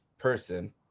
person